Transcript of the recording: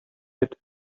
had